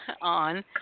on